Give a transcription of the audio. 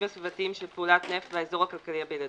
הסביבתיים של פעולת נפט באזור הכלכלי הבלעדי.